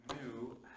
new